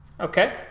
Okay